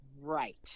right